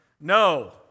No